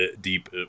deep